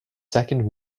second